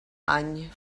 any